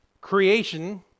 creation